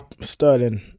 Sterling